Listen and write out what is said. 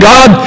God